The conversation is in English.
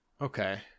Okay